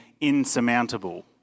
insurmountable